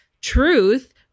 truth